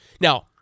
Now